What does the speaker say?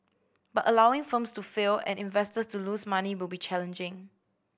but allowing firms to fail and investors to lose money will be challenging